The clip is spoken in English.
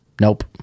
Nope